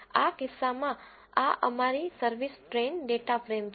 આ કિસ્સામાં આ અમારી સર્વિસ ટ્રેઈન ડેટા ફ્રેમ છે